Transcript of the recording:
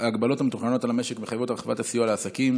ההגבלות המתוכננות על המשק מחייבות הרחבת הסיוע לעסקים.